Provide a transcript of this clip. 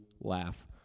laugh